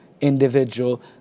individual